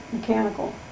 mechanical